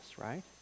right